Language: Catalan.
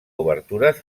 obertures